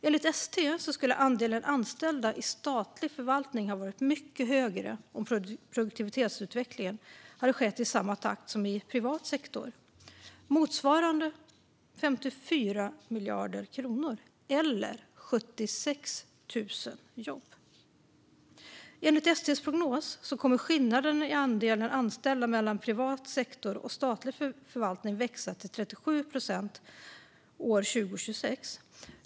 Enligt ST skulle andelen anställda i statlig förvaltning ha varit mycket högre om produktivitetsutvecklingen hade skett i samma takt som i privat sektor - motsvarande 54 miljarder kronor, eller 76 000 jobb. Enligt ST:s prognos kommer skillnaden i andelen anställda mellan privat sektor och statlig förvaltning att växa till 37 procent 2026.